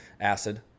Acid